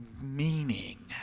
meaning